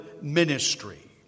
ministry